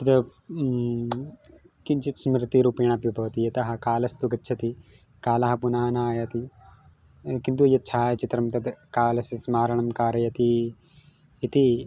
तत् किञ्चित् स्मृतिरूपेण अपि भवति यतः कालस्तु गच्छति कालः पुनः न आयाति किन्तु यच्छायाचित्रं तत् कालस्य स्मारणं कारयति इति